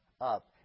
up